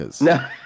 No